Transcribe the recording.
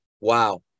wow